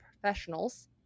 professionals